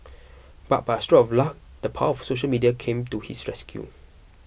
but by a stroke of luck the power of social media came to his rescue